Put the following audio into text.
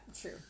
true